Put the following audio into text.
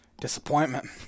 Disappointment